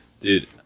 Dude